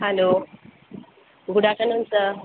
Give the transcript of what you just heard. hello good afternoon sir